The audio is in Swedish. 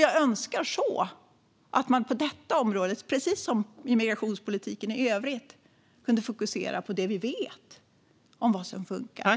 Jag önskar så att man på detta område, precis som i migrationspolitiken i övrigt, kunde fokusera på det vi vet om vad som funkar.